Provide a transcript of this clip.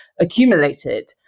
accumulated